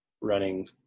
running